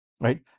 right